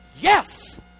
Yes